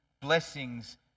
blessings